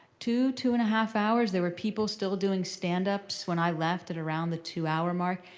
two, two and a half hours. there were people still doing stand ups when i left at around the two hour mark.